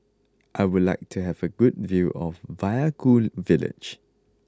I would like to have a good view of Vaiaku village